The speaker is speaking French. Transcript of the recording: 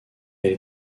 elle